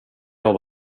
jag